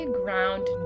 ground